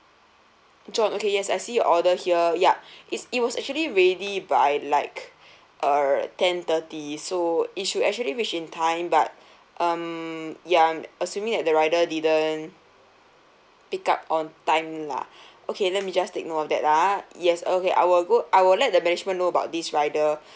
john okay yes I see your order here yup it's it was actually ready by like err ten thirty so it should actually reach in time but um ya I'm assuming that the rider didn't pick up on time lah okay let me just take note of that ah yes okay I will go I will let the management know about this rider